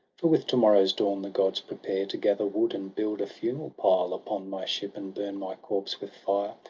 for with to-morrow's dawn the gods prepare to gather wood, and build a funeral-pile upon my ship, and burn my corpse with fire.